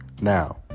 now